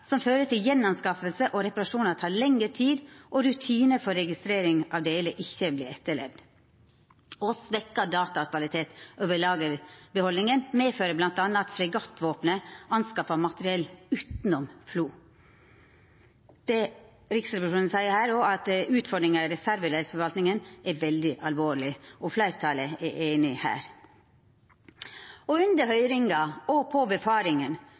som fører til at gjenskaffingar og reparasjonar tek lengre tid, og at rutinar for registrering av delar ikkje vert etterlevde. Og svekt datakvalitet over lagerbehaldninga medfører bl.a. at fregattvåpenet skaffar materiell utanom FLO. Riksrevisjonen seier her òg at «utfordringene i reservedelsforvaltningen er svært alvorlig», og fleirtalet er einig her. Under høyringa og på